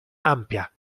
ampia